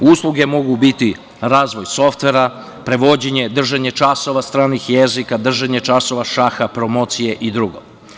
Usluge mogu biti, razvoj softvera, prevođenje, držanje časova stranih jezika, držanje časova šaha, promocije i drugo.